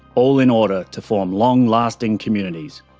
all in order to form long-lasting communities.